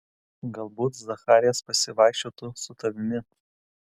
galbūt zacharijas pasivaikščiotų su tavimi